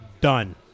done